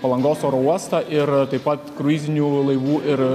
palangos oro uostą ir taip pat kruizinių laivų ir